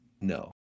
no